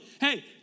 hey